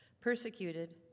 persecuted